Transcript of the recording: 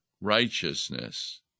righteousness